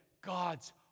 God's